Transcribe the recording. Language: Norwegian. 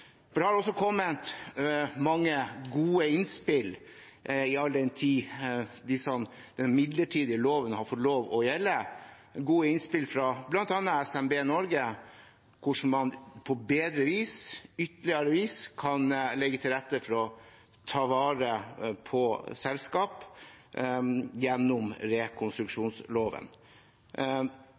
Det har også kommet mange gode innspill, all den tid den midlertidige loven har fått lov å gjelde, gode innspill fra bl.a. SMB Norge om hvordan man på bedre vis, ytterligere vis, kan legge til rette for å ta vare på selskap gjennom rekonstruksjonsloven.